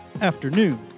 afternoon